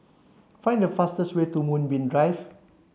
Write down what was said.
find the fastest way to Moonbeam Drive